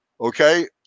okay